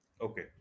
Okay